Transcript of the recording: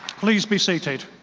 please be seated.